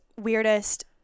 weirdest